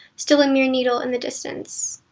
still a mere needle in the distance.